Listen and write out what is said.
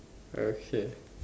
okay